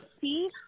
see